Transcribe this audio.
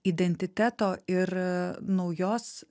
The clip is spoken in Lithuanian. identiteto ir naujos